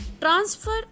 transfer